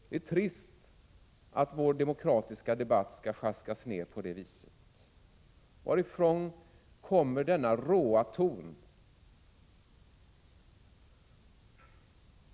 Det är trist att vår demokratiska debatt skall sjaskas ner på det viset. Varifrån kommer denna råa ton?